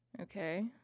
Okay